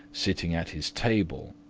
sitting at his table.